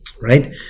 right